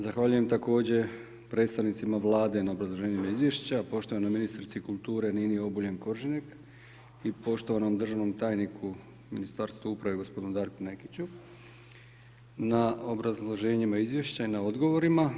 Zahvaljujem također predstavnicima Vlade na obrazloženjima i izvješća, poštovanoj ministrici kulture Nini Obuljen Koržinek i poštovanom državnom tajniku Ministarstva uprave gospodinu Darku Nekiću na obrazloženjima i izvješća i na odgovorima.